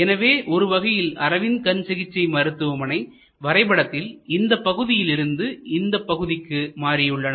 எனவே ஒருவகையில் அரவிந்த் கண் சிகிச்சை மருத்துவமனை வரைபடத்தில் இந்த பகுதியிலிருந்து இந்தப் பகுதிக்கு மாறியுள்ளனர்